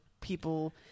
people